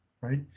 right